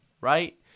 Right